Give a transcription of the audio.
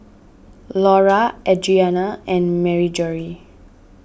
Lura Audriana and Marjorie